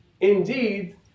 indeed